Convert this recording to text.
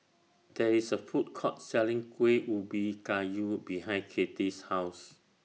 There IS A Food Court Selling Kueh Ubi Kayu behind Kati's House